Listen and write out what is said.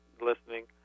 listening